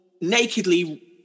nakedly